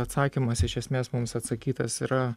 atsakymas iš esmės mums atsakytas yra